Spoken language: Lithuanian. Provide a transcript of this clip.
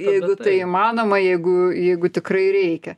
jeigu tai įmanoma jeigu jeigu tikrai reikia